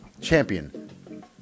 champion